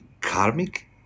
karmic